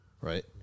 right